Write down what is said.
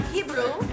Hebrew